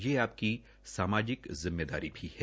यह आपकी सामाजिक जिम्मेदारी भी है